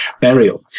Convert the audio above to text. burial